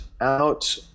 out